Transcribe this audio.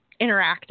interactive